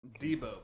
Debo